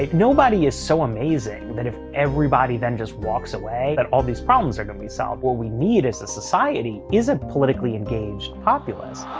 like nobody is so amazing that if everybody then just walks away that all these problems are going to be solved. what we need as a society is a politically engaged populace.